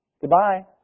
Goodbye